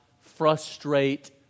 frustrate